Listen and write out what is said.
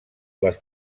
les